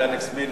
התשע"א 2011,